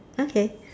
okay